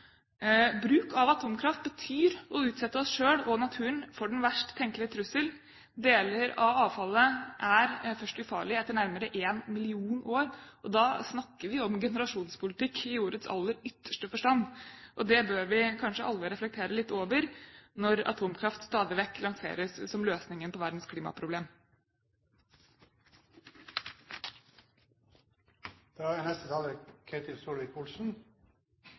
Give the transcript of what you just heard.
Bruk av atomkraft betyr å utsette oss selv og naturen for den verst tenkelige trussel. Deler av avfallet er først ufarlig etter nærmere 1 million år. Da snakker vi om generasjonspolitikk i ordets aller ytterste forstand. Det bør vi kanskje alle reflektere litt over når atomkraft stadig vekk lanseres som løsningen på verdens klimaproblem. Det blir bare en relativt kort merknad fra Fremskrittspartiet, for dette er